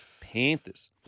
Panthers